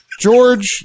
George